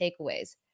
takeaways